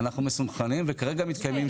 אנחנו מסונכרנים, וכרגע מתקיימים שימועים.